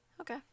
Okay